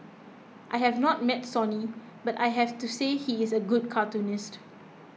I have not met Sonny but I have to say he is a good cartoonist